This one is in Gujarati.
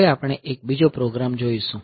હવે આપણે એક બીજો પ્રોગ્રામ જોઈશું